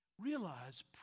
Realize